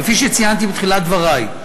כפי שציינתי בתחילת דברי,